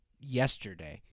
yesterday